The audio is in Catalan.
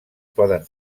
poden